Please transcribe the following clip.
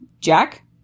Jack